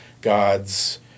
God's